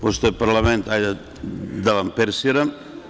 Pošto je parlament, hajde da vam persiram.